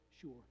sure